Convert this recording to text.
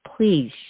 please